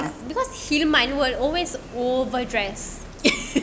apa kata if because himan will always overdress